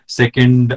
second